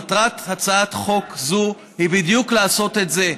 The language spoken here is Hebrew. מטרת הצעת חוק זו היא בדיוק לעשות את זה,